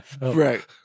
Right